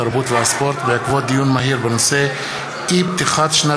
התרבות והספורט בעקבות דיון מהיר בהצעתם של חברי הכנסת חיים ילין,